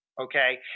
Okay